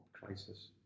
crisis